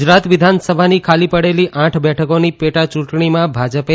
ગુજરાત વિધાનસભાની ખાલી પડેલી આઠ બેઠકોની પેટાચૂંટણીમાં ભાજપે